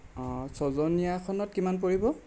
অ ছয়জনীয়াখনত কিমান পৰিব